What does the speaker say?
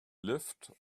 lived